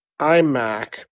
iMac